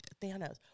Thanos